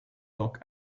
dock